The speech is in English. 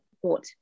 support